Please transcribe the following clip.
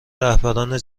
رهبران